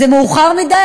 זה מאוחר מדי,